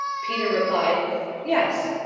peter replied yes.